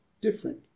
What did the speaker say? different